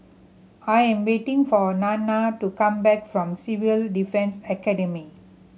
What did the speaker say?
I am waiting for Nanna to come back from Civil Defence Academy